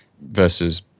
versus